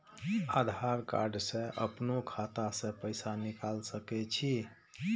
आधार कार्ड से अपनो खाता से पैसा निकाल सके छी?